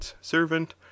servant